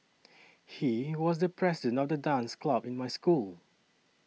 he was the president of the dance club in my school